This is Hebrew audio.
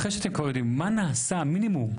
אחרי שאתם כבר יודעים, מה נעשה, מינימום?